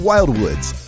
Wildwoods